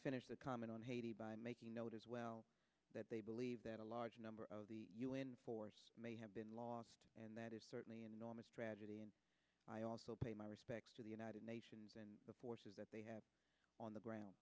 finish the comment on haiti by making note as well that they believe that a large number of the u n force may have been lost and that is certainly an enormous tragedy and i also pay my respects to the united nations and the forces that they have on the ground